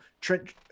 trent